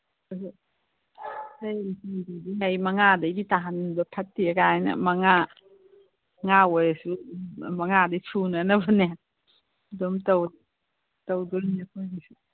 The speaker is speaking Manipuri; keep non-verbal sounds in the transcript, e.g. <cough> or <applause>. ꯍꯣꯏ ꯍꯣꯏ <unintelligible> ꯃꯉꯥꯗꯩꯗꯤ ꯇꯥꯍꯟꯕ ꯐꯠꯇꯦ ꯀꯥꯏꯅ ꯃꯉꯥ ꯉꯥ ꯑꯣꯏꯔꯁꯨ ꯃꯉꯥ ꯁꯨꯅꯅꯕꯅꯦ ꯑꯗꯨꯝ ꯇꯧꯋꯤ ꯇꯧꯗꯣꯏꯅꯤ ꯑꯩꯈꯣꯏꯒꯤꯁꯨ